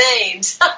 names